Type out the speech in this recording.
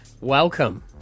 welcome